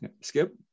Skip